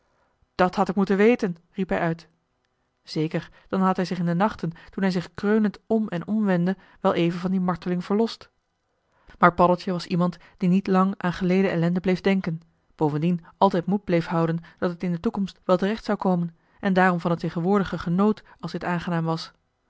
dat had ik moeten weten riep hij uit zeker dan had hij zich in de nachten toen hij zich kreunend om en om wendde wel even van die marteling verlost maar paddeltje was iemand die niet lang aan geleden ellende bleef denken bovendien altijd moed bleef houden dat het in de toekomst wel terecht zou komen en daarom van het tegenwoordige genoot als dit aangenaam was